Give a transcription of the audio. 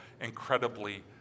incredibly